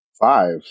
Five